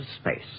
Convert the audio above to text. space